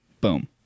boom